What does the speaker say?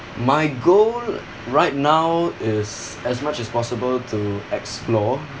my goal right now is as much as possible to explore